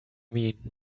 mean